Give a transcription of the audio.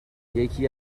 یکی